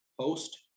post